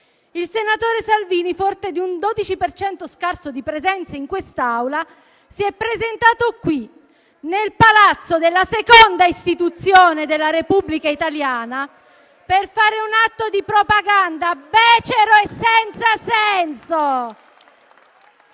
Il senatore Salvini, forte di un 12 per cento scarso di presenze in quest'Aula, si è presentato qui, nel palazzo della seconda istituzione della Repubblica italiana *(Commenti)* per fare un atto di propaganda becero e senza senso.